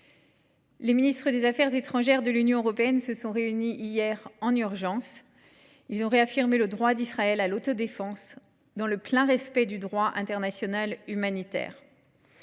Les ministres des affaires étrangères de l’Union européenne se sont réunis hier en urgence. Ils ont réaffirmé le droit d’Israël à l’autodéfense, dans le plein respect du droit international humanitaire.